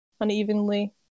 unevenly